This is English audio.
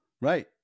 right